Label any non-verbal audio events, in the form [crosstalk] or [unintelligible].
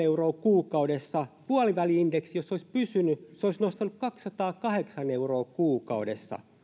[unintelligible] euroa kuukaudessa puoliväli indeksi jos olisi pysynyt olisi nostanut kaksisataakahdeksan euroa kuukaudessa